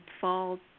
fall